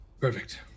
Perfect